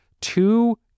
two